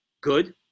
good